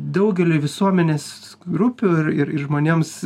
daugeliui visuomenės grupių ir ir žmonėms